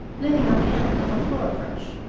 leaning on the handle of a floor brush.